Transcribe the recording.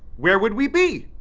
where would we be?